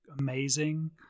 amazing